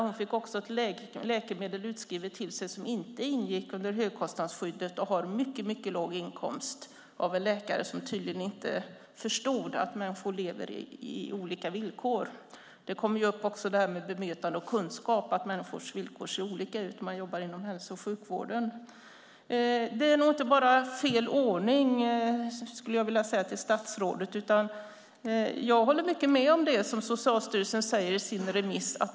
Hon har mycket låg inkomst och har också fått ett läkemedel utskrivet som inte ingick i högkostnadsskyddet, av en läkare som tydligen inte förstod att människor lever under olika villkor. Då kommer också det här med bemötande upp, och kunskap om att människors villkor ser olika ut, när man jobbar inom hälso och sjukvården. Jag skulle vilja säga till statsrådet att det nog inte bara är fel ordning, utan jag håller mycket med om det som Socialstyrelsen säger i sitt remissvar.